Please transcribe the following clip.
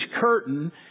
curtain